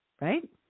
Right